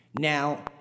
Now